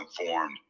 informed